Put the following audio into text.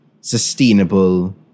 sustainable